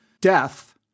death